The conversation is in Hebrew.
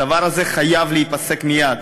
הדבר הזה חייב להיפסק מייד.